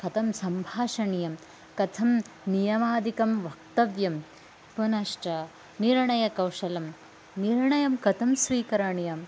कथं सम्भाषणीयं कथं नियमादिकं वक्तव्यं पुनश्च निर्णयकौशलं निर्णयं कथं स्वीकरणीयम्